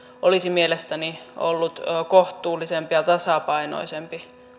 olisi mielestäni ollut kohtuullisempi ja tasapainoisempi